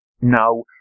No